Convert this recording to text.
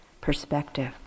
perspective